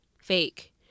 fake